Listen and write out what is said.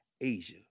Asia